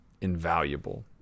invaluable